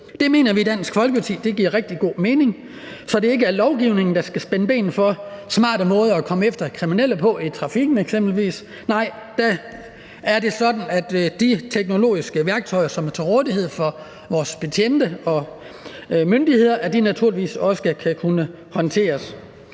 Det mener vi i Dansk Folkeparti giver rigtig god mening, så det ikke er lovgivningen, der skal spænde ben for smarte måder at komme efter kriminelle på eksempelvis i trafikken – nej, det er sådan, at de teknologiske værktøjer, som er til rådighed for vores betjente og myndigheder, naturligvis også skal kunne håndteres.